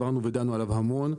דיברנו ודנו עליו המון.